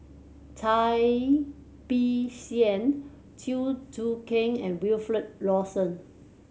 Cai Bixia Chew Choo Keng and Wilfed Lawson